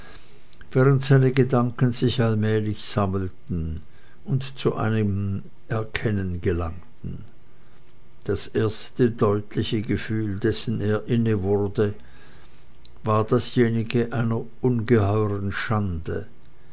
während seine gedanken sich allmählich sammelten und zu einigem erkennen gelangten das erste deutliche gefühl dessen er inne wurde war dasjenige einer ungeheuren schande